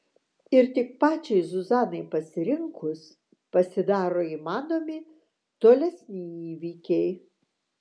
ir tik pačiai zuzanai pasirinkus pasidaro įmanomi tolesni įvykiai